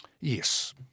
Yes